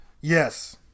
Yes